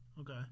Okay